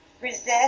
resist